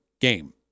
game